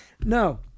No